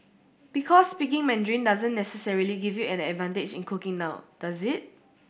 because speaking Mandarin doesn't necessarily give you an advantage in cooking now does it